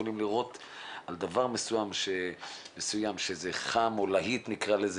יכולים לראות על דבר מסוים שזה חם או להיט,